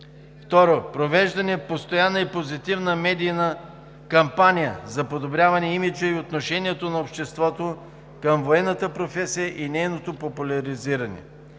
Второ, провеждане на постоянна и позитивна медийна кампания за подобряване имиджа и отношението на обществото към военната професия и нейното популяризиране.